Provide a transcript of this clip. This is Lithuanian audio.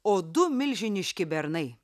o du milžiniški bernai